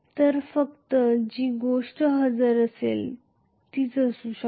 तर फक्त जी गोष्ट हजर असेल तीच असू शकते